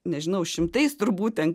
nežinau šimtais turbūt ten